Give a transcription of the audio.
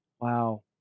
Wow